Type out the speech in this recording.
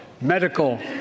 Medical